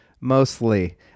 mostly